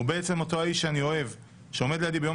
הוא בעצם אותו האיש שאני אוהב שעומד לידי ביום